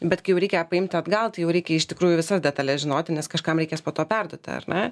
bet kai jau reikia paimti atgal tai jau reikia iš tikrųjų visas detales žinoti nes kažkam reikės po to perduoti ar ne